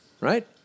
right